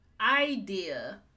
idea